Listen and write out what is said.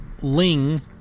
Ling